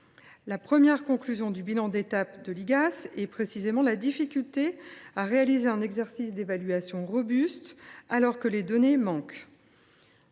La première conclusion de l’inspection est précisément la difficulté à réaliser un exercice d’évaluation robuste, alors que les données manquent.